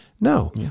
No